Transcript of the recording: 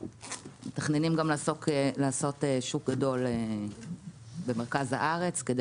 מתכננים גם לעשות שוק גדול במרכז הארץ כדי